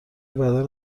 بدن